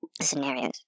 scenarios